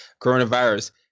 coronavirus